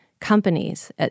companies